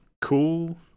cool